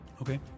Okay